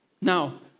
Now